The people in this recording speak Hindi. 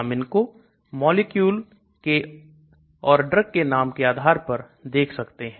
हम इनको मॉलिक्यूल के और ड्रग के नाम के आधार पर देख सकते हैं